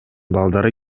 балдары